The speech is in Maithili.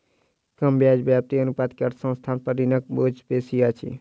कम ब्याज व्याप्ति अनुपात के अर्थ संस्थान पर ऋणक बोझ बेसी अछि